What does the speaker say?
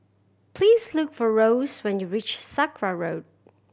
please look for Rose when you reach Sakra Road